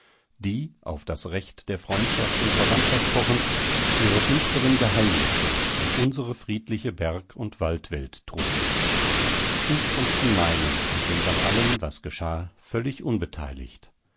die auf das recht der freundschaft und verwandtschaft pochend ihre finsteren geheimnisse in unsere friedliche berg und waldwelt trugen ich und die meinen sind an allem was geschah völlig unbeteiligt